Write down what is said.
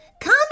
Come